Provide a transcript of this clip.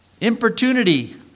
importunity